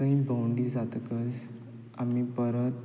थंय भोंवडी जातकच आमी परत